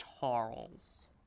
Charles